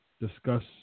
discuss